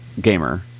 gamer